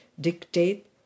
dictate